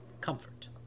comfort